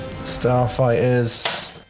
Starfighters